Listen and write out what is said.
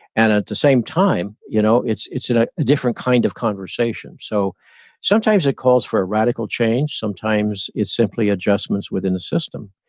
and at the same time, you know it's it's ah a different kind of conversation. so sometimes it calls for a radical change, sometimes it's simply adjustments within the system.